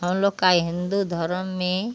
हम लोग का हिन्दू धर्म में